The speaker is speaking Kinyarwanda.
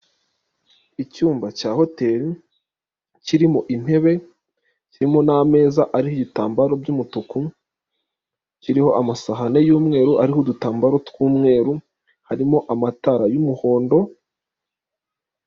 Icyumba cya hoteri, kirimo intebe, kirimo n'ameza ariho ibitambaro by'umutuku, kiriho amasahani y'umweru ariho udutambaro tw'umweru, harimo amatara y'umuhondo.